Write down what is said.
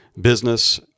business